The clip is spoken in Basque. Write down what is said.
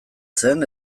zen